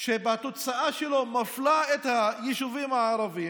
שבתוצאה שלו מפלה את היישובים הערביים,